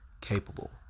Capable